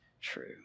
true